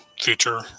future